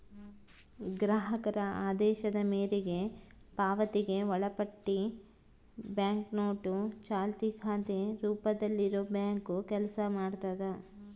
ಗ್ರಾಹಕರ ಆದೇಶದ ಮೇರೆಗೆ ಪಾವತಿಗೆ ಒಳಪಟ್ಟಿ ಬ್ಯಾಂಕ್ನೋಟು ಚಾಲ್ತಿ ಖಾತೆ ರೂಪದಲ್ಲಿಬ್ಯಾಂಕು ಕೆಲಸ ಮಾಡ್ತದ